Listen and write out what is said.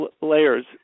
layers